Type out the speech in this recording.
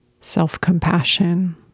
self-compassion